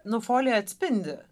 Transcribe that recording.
nu folija atspindi